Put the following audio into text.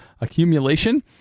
Accumulation